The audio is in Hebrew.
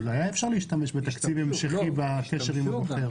אבל היה אפשר להשתמש בתקציב המשכי בקשר עם הבוחר.